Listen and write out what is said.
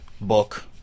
book